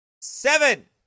seven